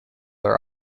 are